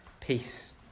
peace